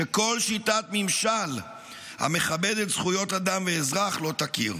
שכל שיטת ממשל המכבדת זכויות אדם ואזרח לא תכיר.